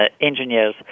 engineers